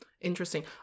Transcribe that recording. Interesting